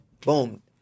Boom